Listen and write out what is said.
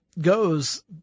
goes